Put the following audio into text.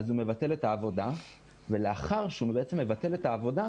הוא מבטל את העבודה ולאחר שהוא מבטל את העבודה,